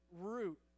root